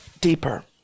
deeper